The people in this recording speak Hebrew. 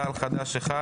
תע"ל-חד"ש אחד